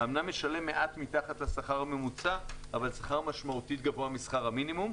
שאומנם משלם מעט מתחת לשכר הממוצע אבל שכר משמעותי גבוה משכר המינימום,